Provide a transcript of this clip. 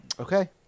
Okay